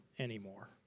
anymore